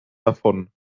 davon